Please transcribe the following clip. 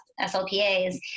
SLPAs